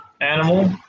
animal